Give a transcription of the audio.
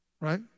right